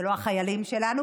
זה לא החיילים שלנו.